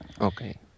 Okay